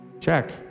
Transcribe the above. Check